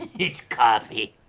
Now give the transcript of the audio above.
it's coffee.